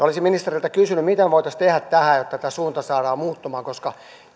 olisin ministeriltä kysynyt mitä me voisimme tehdä jotta tämä suunta saadaan muuttumaan koska